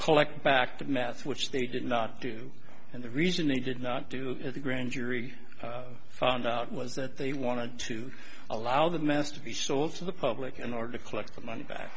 collect back the meth which they did not do and the reason they did not do the grand jury found out was that they wanted to allow the mass to be sold to the public in order to collect the money back